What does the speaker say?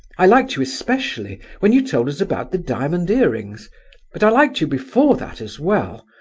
i liked you especially when you told us about the diamond earrings but i liked you before that as well,